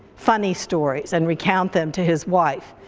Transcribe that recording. funny stories, and recount them to his wife.